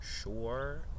sure